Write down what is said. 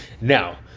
Now